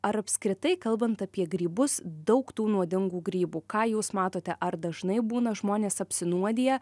ar apskritai kalbant apie grybus daug tų nuodingų grybų ką jūs matote ar dažnai būna žmonės apsinuodija